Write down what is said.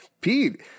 Pete